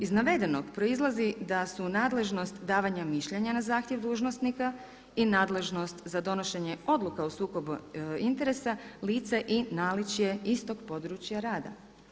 Iz navedenog proizlazi da su nadležnost davanja mišljenja na zahtjev dužnosnika i nadležnost za donošenje odluka o sukobu interesa lice i naličje istog područja rada.